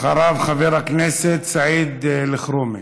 אחריו, חבר הכנסת סעיד אלחרומי.